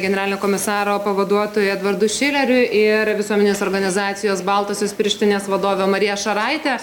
generalinio komisaro pavaduotoju edvardu šileriu ir visuomenės organizacijos baltosios pirštinės vadovė marija šaraitė